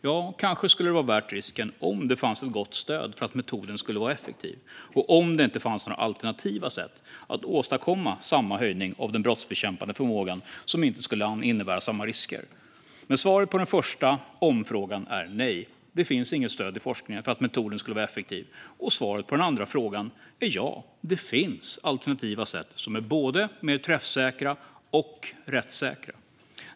Ja, kanske skulle det vara värt risken om det fanns ett gott stöd för att metoden skulle vara effektiv och om det inte fanns några alternativa sätt att åstadkomma samma höjning av den brottsbekämpande förmågan som inte skulle innebära samma risker. Svaret på den första om-frågan är nej. Det finns inget stöd i forskningen för att metoden skulle vara effektiv. Och svaret på den andra om-frågan är ja. Det finns alternativa sätt som är både mer träffsäkra och rättssäkra.